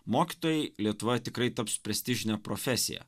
mokytojai lietuvoje tikrai taps prestižine profesija